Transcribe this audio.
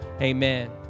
Amen